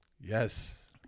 yes